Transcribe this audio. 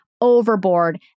overboard